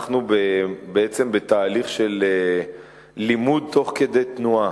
אנחנו בעצם בתהליך של לימוד תוך כדי תנועה,